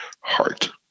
heart